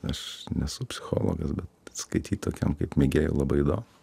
aš nesu psichologas bet skaityt tokiam kaip mėgėjui labai įdomu